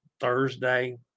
Thursday